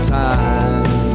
time